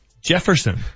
Jefferson